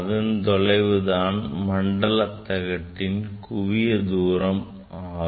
அதன் தொலைவுதான் மண்டல தகட்டின் குவியத் தூரம் ஆகும்